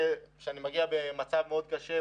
כשאני מגיע במצב מאוד קשה,